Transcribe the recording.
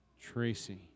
Tracy